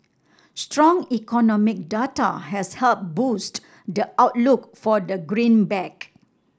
strong economic data has helped boost the outlook for the greenback